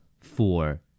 four